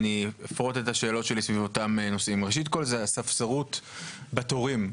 ראשית זה הספסרות בתורים.